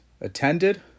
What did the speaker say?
attended